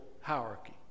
hierarchy